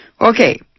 Okay